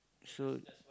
so